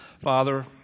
Father